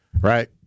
right